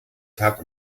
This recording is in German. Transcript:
tag